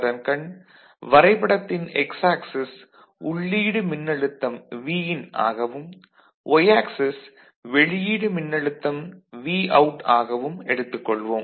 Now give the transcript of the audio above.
அதன்கண் வரைபடத்தின் X axis உள்ளீடு மின்னழுத்தம் ஆகவும் ஒய் ஆக்சிஸ் வெளியீடு மின்னழுத்தம் ஆகவும் எடுத்துக் கொள்வோம்